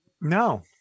No